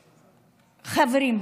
חברים,